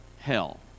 hell